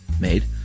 made